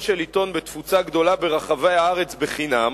של עיתון בתפוצה גדולה ברחבי הארץ בחינם